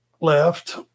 left